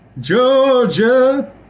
Georgia